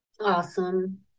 Awesome